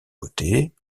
côtés